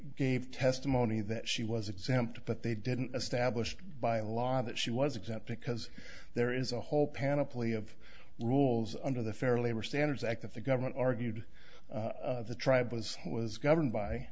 gave testimony that she was exempt but they didn't established by law that she was exempt because there is a whole panoply of rules under the fair labor standards act that the government argued the tribe was it was governed by